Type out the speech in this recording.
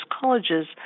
colleges